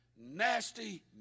nasty